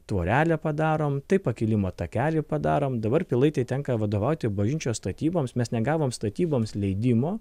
tvorelę padarom tai pakilimo takelį padarom dabar pilaitei tenka vadovauti bažnyčios statyboms mes negavom statyboms leidimo